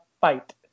fight